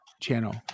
channel